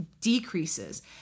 decreases